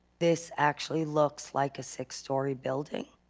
this actually looks like a six story building.